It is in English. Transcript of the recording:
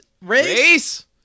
Race